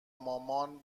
مامان